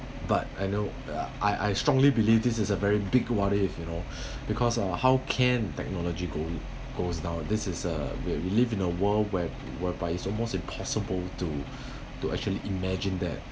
but I know I I strongly believe this is a very big worry you know because uh how can technology go goes down this is uh we live in a world where whereby it's almost impossible to to actually imagine that